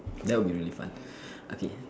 that'll be really fun okay